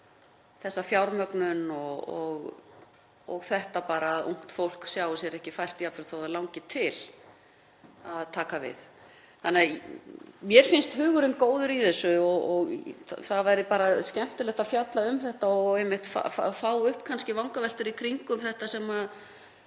þessa fjármögnun og bara að ungt fólk sjái sér ekki fært, jafnvel þótt það langi til, að taka við. Mér finnst hugurinn góður í þessu og það væri bara skemmtilegt að fjalla um þetta og einmitt fá upp kannski vangaveltur í kringum þetta sem